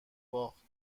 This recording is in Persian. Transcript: باخت